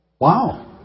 Wow